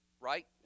right